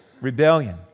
rebellion